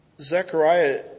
Zechariah